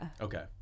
Okay